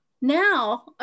Now